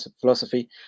philosophy